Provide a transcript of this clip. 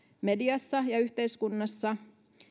mediassa ja yhteiskunnassa